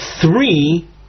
three